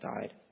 died